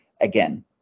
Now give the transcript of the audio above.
again